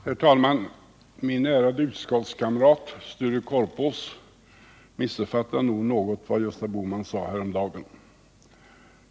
Herr talman! Min ärade utskottskamrat, Sture Korpås, missuppfattade nog något vad Gösta Bohman sade häromdagen.